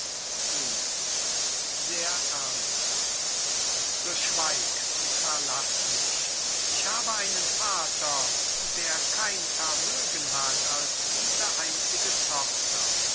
luise sehr ernsthaft so schweig und verlaß mich ich habe einen vater der kein vermögen hat als diese einzige tochter der